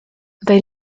they